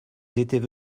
étaient